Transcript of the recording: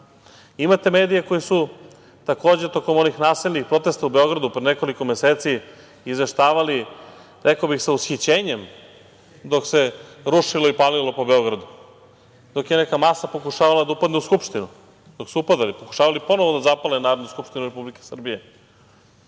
način. Imate medije koji su, takođe, tokom onih nasilnih protesta u Beogradu pre nekoliko meseci izveštavali, rekao bih sa ushićenjem, dok se rušilo i palilo po Beogradu, dok je neka masa pokušavala da upadne u Skupštinu, dok su upadali, pokušavali ponovo da zapale Narodnu skupštinu Republike Srbije.